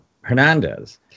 Hernandez